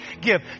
give